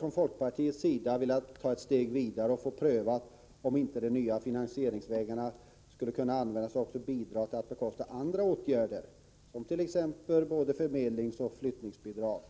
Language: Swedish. Från folkpartiets sida har vi velat ta ytterligare ett steg och pröva, om inte de nya finansieringsvägarna skulle kunna användas för att också bidra till att bekosta andra åtgärder, t.ex. förmedlingsoch flyttningsbidrag.